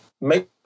make